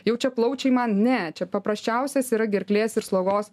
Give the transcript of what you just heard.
jau čia plaučiai man ne čia paprasčiausias yra gerklės ir slogos